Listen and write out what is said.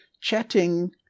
chatting